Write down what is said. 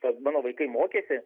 kad mano vaikai mokėsi